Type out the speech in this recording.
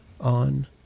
on